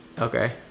Okay